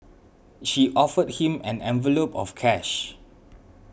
she offered him an envelope of cash